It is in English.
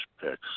picks